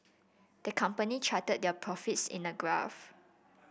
the company charted their profits in a graph